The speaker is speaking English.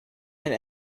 and